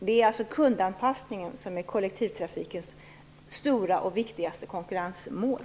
Det är alltså kundanpassningen som är kollektivtrafikens stora och viktigaste konkurrensmål.